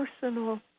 personal